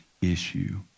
issue